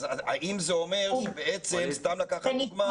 האם זה אומר שבעצם סתם לקחת לדוגמה,